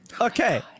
Okay